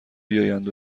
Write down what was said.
بیایند